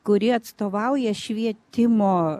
kuri atstovauja švietimo